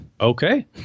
Okay